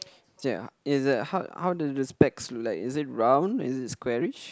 is a how how do the specs look like is it round is it squarish